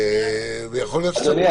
אדוני,